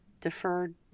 deferred